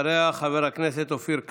אחריה, חבר הכנסת אופיר כץ.